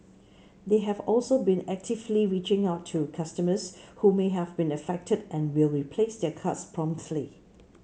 they have also been actively reaching out to customers who may have been affected and will replace their cards promptly